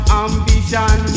ambition